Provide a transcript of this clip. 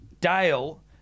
Dale